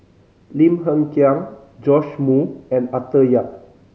Lim Hng Kiang Joash Moo and Arthur Yap